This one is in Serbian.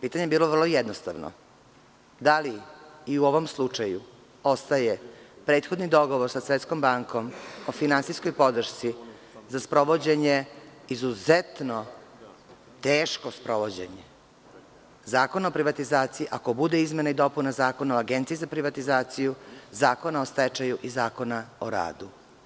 Pitanje je bilo vrlo jednostavno – da li u ovom slučaju ostaje prethodni dogovor sa Svetskom bankom o finansijskoj podršci za sprovođenje, izuzetno teško sprovođenje, Zakona o privatizaciji i ako bude izmena i dopuna Zakona o Agenciji za privatizaciju, Zakona o stečaju i Zakona o radu?